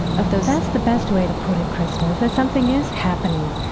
of those, that's the best way to put it, krista, is that something is happening,